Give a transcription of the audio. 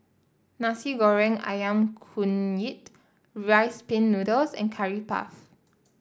Nasi Goreng ayam Kunyit Rice Pin Noodles and Curry Puff